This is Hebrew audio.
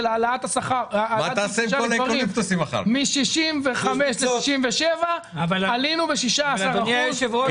העלאת גיל פרישה לגברים מגיל 65 לגיל 67 עלינו ב-16 אחוזים.